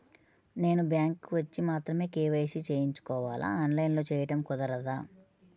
నేను బ్యాంక్ వచ్చి మాత్రమే కే.వై.సి చేయించుకోవాలా? ఆన్లైన్లో చేయటం కుదరదా?